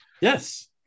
yes